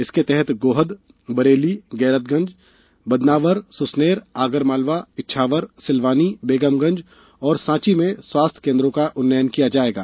इसके तहत गोहद बरेली गैरतगंज बदनावर सुसनेर आगर मालवा इछावर सिलवानी बेगमगंज और सॉची में स्वास्थ्य केंद्रों का उन्नयन किया जायेगा